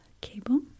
cable